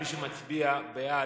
מי שמצביע בעד,